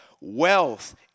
Wealth